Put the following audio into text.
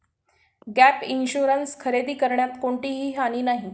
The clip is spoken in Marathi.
गॅप इन्शुरन्स खरेदी करण्यात कोणतीही हानी नाही